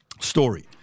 story